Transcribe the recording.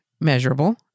measurable